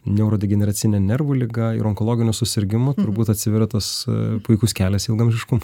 neurodegeneracine nervų liga ir onkologiniu susirgimu turbūt atsiveria tas puikus kelias ilgaamžiškumui